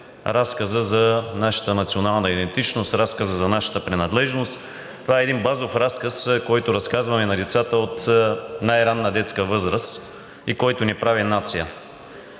разказа за нашата национална идентичност, разказа за нашата принадлежност. Това е един базов разказ, който разказваме на децата от най-ранна детска възраст и който ни прави нация.